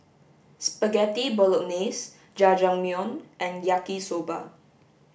spaghetti bolognese Jajangmyeon and yaki soba